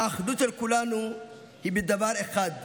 האחדות של כולנו היא בדבר אחד: